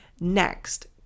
Next